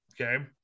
Okay